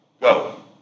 go